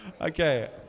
Okay